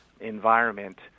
environment